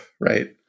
right